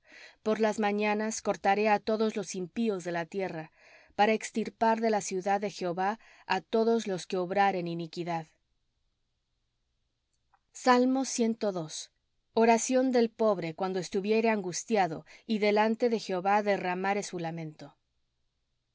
por las mañanas cortaré á todos los impíos de la tierra para extirpar de la ciudad de jehová á todos los que obraren iniquidad oración del pobre cuando estuviere angustiado y delante de jehová derramare su lamento